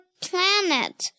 planet